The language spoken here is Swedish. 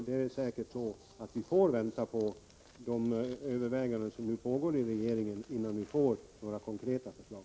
Vi får säkert vänta på de överväganden som nu pågår i regeringen innan vi får några konkreta förslag.